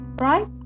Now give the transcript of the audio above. right